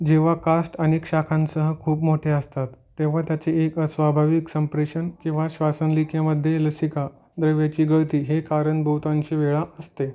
जेव्हा कास्ट अनेक शाखांसह खूप मोठे असतात तेव्हा त्याचे एक अस्वाभाविक संप्रेषण किंवा श्वासनलिकेमध्ये लसीका द्रव्याची गळती हे कारण बहुतांश वेळा असते